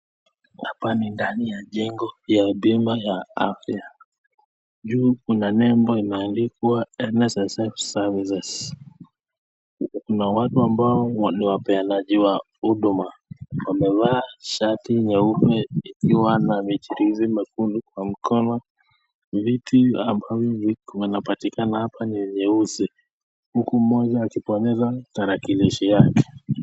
Hapa ni ndani ya jengo ya huduma ya afya, juu kuna nembo iliyoandikwa NSSF servives .Kuna watu ambao ni wapeanaji huduma, wamevaa shati nyeupe ,ikiwa na michirizi nyekundu kwa mkono. Viti ambavyo vinapatikana hapa ni vyeusi, huku mmoja kibonyeza tarakilishi yake.